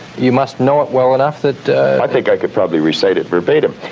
you must know it well enough that i think i could probably recite it verbatim,